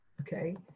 Okay